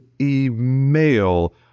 email